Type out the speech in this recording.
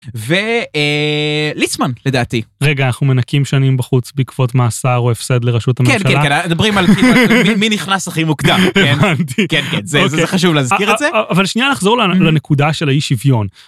וליצמן לדעתי. רגע אנחנו מנכים שנים בחוץ בעקבות מאסר או הפסד לראשות הממשלה? כן כן, אנחנו מדברים על מי נכנס הכי מוקדם, כן? כן כן, זה חשוב להזכיר את זה. אבל שנייה נחזור לנקודה של האי־שוויון.